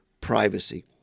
privacy